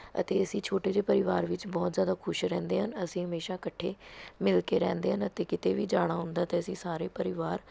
ਅਤੇ ਅਸੀਂ ਛੋਟੇ ਜਿਹੇ ਪਰਿਵਾਰ ਵਿੱਚ ਬਹੁਤ ਜ਼ਿਆਦਾ ਖੁਸ਼ ਰਹਿੰਦੇ ਹਨ ਅਸੀਂ ਹਮੇਸ਼ਾ ਇਕੱਠੇ ਮਿਲ ਕੇ ਰਹਿੰਦੇ ਹਨ ਅਤੇ ਕਿਤੇ ਵੀ ਜਾਣਾ ਹੁੰਦਾ ਅਤੇ ਅਸੀਂ ਸਾਰੇ ਪਰਿਵਾਰ